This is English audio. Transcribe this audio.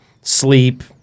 sleep